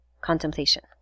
contemplation